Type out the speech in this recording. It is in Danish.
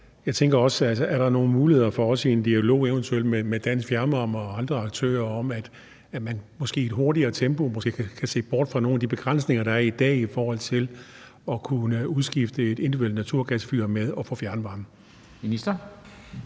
Jeg tænker også på, om der via en dialog med eventuelt Dansk Fjernvarme og andre aktører er nogle muligheder for, at man måske i et hurtigere tempo kan se bort fra nogle af de begrænsninger, der er i dag, i forhold til at kunne udskifte et individuelt naturgasfyr med fjernvarme. Kl.